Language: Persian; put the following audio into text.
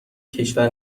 کشور